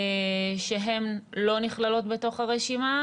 שהן לא נכללות בתוך הרשימה,